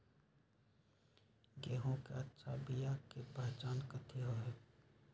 गेंहू के अच्छा बिया के पहचान कथि हई?